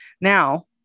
Now